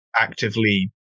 actively